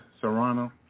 Serrano